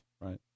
Right